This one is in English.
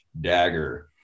dagger